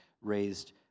raised